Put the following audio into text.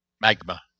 Magma